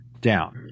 down